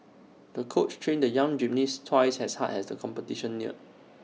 the coach trained the young gymnast twice as hard as the competition neared